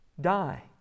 die